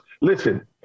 listen